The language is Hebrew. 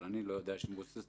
אבל אני לא יודע שהיא מבוססת.